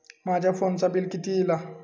माझ्या फोनचा बिल किती इला?